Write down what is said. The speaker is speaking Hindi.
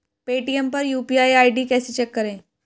पेटीएम पर यू.पी.आई आई.डी कैसे चेक करें?